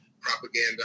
propaganda